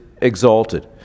exalted